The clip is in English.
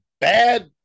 bad